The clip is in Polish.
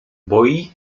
boi